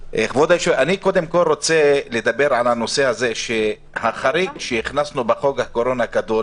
כל רוצה לדבר על הנושא הזה שהחריג שהכנסנו בחוק הקורונה הגדול